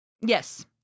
Yes